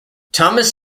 thomas